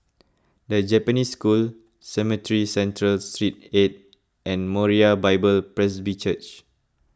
the Japanese School Cemetry Central Street eight and Moriah Bible Presby Church